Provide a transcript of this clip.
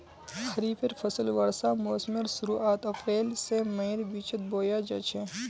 खरिफेर फसल वर्षा मोसमेर शुरुआत अप्रैल से मईर बिचोत बोया जाछे